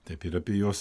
taip ir apie juos